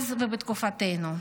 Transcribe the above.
אז ובתקופתנו.